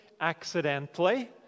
accidentally